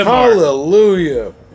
Hallelujah